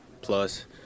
plus